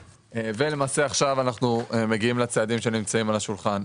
עכשיו אנחנו מגיעים לצעדים שנמצאים על השולחן.